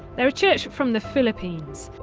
they're a church from the philippines.